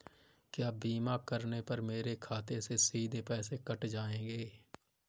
क्या बीमा करने पर मेरे खाते से सीधे पैसे कट जाएंगे?